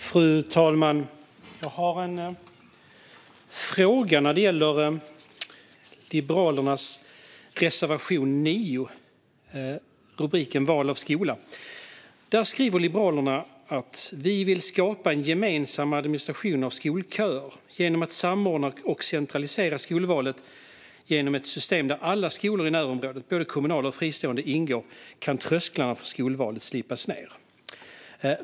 Fru talman! Jag har en fråga när det gäller Liberalernas reservation 9 med rubriken Val av skola. Där skriver Liberalerna: "Vi vill skapa en gemensam administration av skolköer. Genom att samordna och centralisera skolvalet genom ett system där alla skolor i närområdet, både kommunala och fristående, ingår kan trösklarna för skolvalet slipas ner."